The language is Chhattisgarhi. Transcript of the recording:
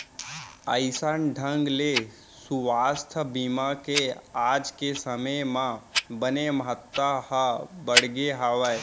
अइसन ढंग ले सुवास्थ बीमा के आज के समे म बने महत्ता ह बढ़गे हावय